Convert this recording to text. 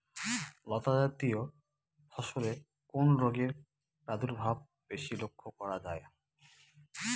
লতাজাতীয় ফসলে কোন রোগের প্রাদুর্ভাব বেশি লক্ষ্য করা যায়?